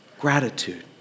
Gratitude